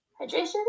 hydration